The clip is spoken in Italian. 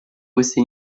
queste